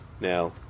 now